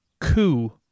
coup